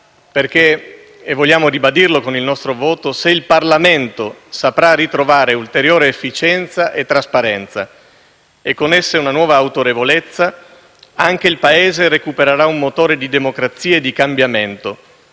perché - e vogliamo ribadirlo con il nostro voto - se il Parlamento saprà ritrovare ulteriore efficienza e trasparenza, e con esse una nuova autorevolezza, anche il Paese recupererà un motore di democrazia e di cambiamento